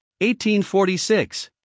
1846